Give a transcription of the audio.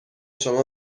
شما